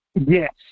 Yes